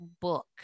book